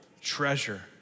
treasure